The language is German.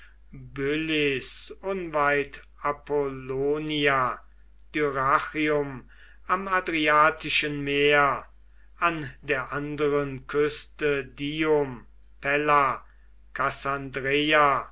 apollonia dyrrachium am adriatischen meer an der anderen küste dium pella